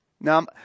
Now